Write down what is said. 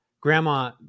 grandma